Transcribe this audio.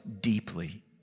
deeply